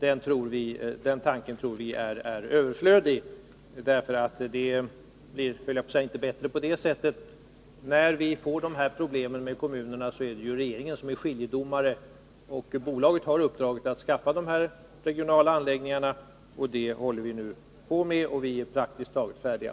Det blir, höll jag på att säga, inte bättre med planer. När vi får problem med kommunerna är det regeringen som är skiljedomare. Bolaget har uppdraget att skaffa de regionala anläggningarna, och det håller vi på med. Vi är praktiskt taget färdiga.